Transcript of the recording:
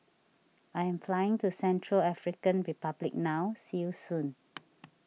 I am flying to Central African Republic now see you soon